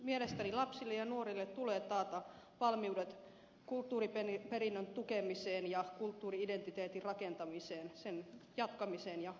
mielestäni lapsille ja nuorille tulee taata valmiudet kulttuuriperinnön tukemiseen ja kulttuuri identiteetin rakentamiseen sen jatkamiseen ja säilyttämiseen